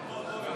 נגד יש עוד מישהו